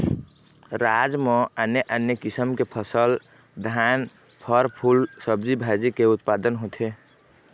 राज म आने आने किसम की फसल, धान, फर, फूल, सब्जी भाजी के उत्पादन होथे